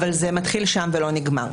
אבל זה מתחיל שם ולא נגמר.